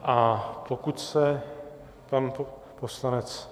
A pokud se pan poslanec...